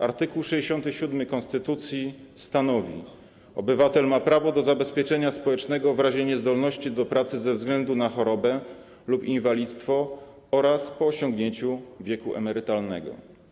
Art. 67 konstytucji stanowi: „Obywatel ma prawo do zabezpieczenia społecznego w razie niezdolności do pracy ze względu na chorobę lub inwalidztwo oraz po osiągnięciu wieku emerytalnego”